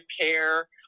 care